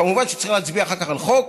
כמובן, כשצריך להצביע אחר כך על חוק,